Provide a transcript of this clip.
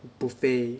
buffet